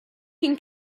can